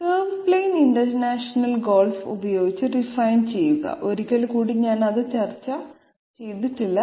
curve plain international golf ഉപയോഗിച്ച് refine ചെയ്യുക ഒരിക്കൽ കൂടി ഞാൻ അത് ചർച്ച ചെയ്തിട്ടില്ല